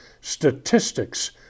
Statistics